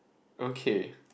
okay